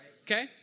Okay